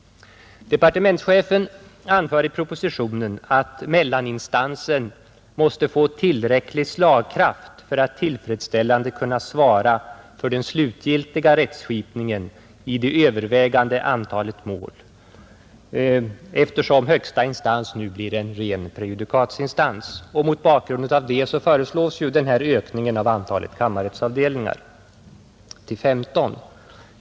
Departementschefen anför i propositionen att mellaninstansen måste få tillräcklig slagkraft för att tillfredsställande kunna svara för den slutgiltiga rättskipningen i det övervägande antalet mål, eftersom högsta instans nu blir en ren prejudikatinstans. Mot bakgrund därav föreslås antalet kammarrättsavdelningar öka från 9 till 15.